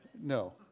no